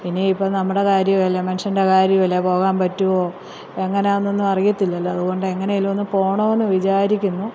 ഇനിയിപ്പോള് നമ്മുടെ കാര്യവുമല്ലേ മനുഷ്യൻ്റെ കാര്യവുമല്ലേ പോകാൻ പറ്റുവോ എങ്ങനാന്നൊന്നും അറിയത്തില്ലല്ലോ അതുകൊണ്ട് എങ്ങനേലും ഒന്ന് പോകണമെന്ന് വിചാരിക്കുന്നു